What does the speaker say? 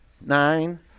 Nine